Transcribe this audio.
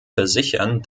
versichern